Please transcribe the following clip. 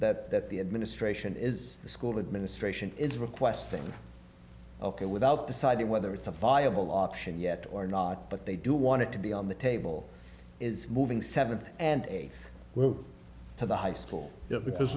that the administration is the school administration is requesting ok without deciding whether it's a viable option yet or not but they do want it to be on the table is moving seven and a will to the high school because